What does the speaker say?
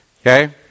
Okay